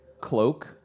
cloak